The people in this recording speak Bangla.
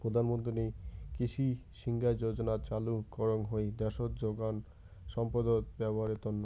প্রধান মন্ত্রী কৃষি সিঞ্চাই যোজনা চালু করঙ হই দ্যাশোত যোগান সম্পদত ব্যবহারের তন্ন